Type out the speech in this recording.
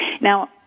Now